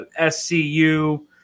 SCU